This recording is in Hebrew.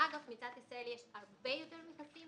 אגב, למדינת ישראל יש הרבה יותר מכסים.